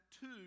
two